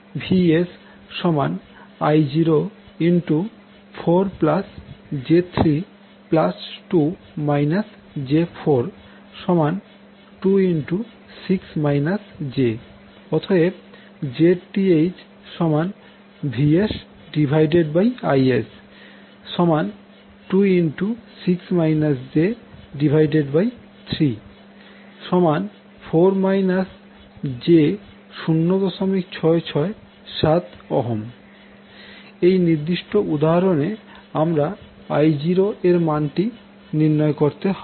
VsI04j32 j426 j অতএব ZThVsIs26 j34 j0667 এখন এই নির্দিষ্ট উদাহরণে আমাদের I0 এর মানটি নির্ণয় করতে হবে